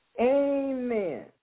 Amen